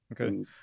okay